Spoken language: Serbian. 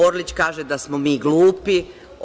Orlić kaže da smo mi glupi.